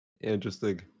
Interesting